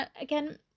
again